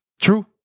True